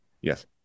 Yes